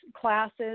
classes